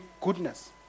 goodness